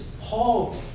Paul